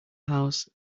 house